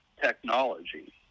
technology